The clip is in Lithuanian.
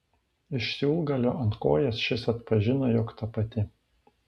iš siūlgalio ant kojos šis atpažino jog ta pati